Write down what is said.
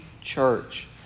church